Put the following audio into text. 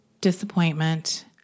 disappointment